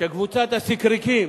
שקבוצת הסיקריקים